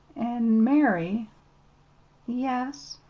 an', mary yes.